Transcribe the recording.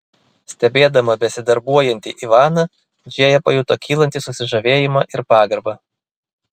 stebėdama besidarbuojantį ivaną džėja pajuto kylantį susižavėjimą ir pagarbą